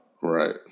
Right